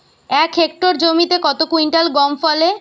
এক হেক্টর জমিতে কত কুইন্টাল গম ফলে?